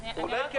אולי כן.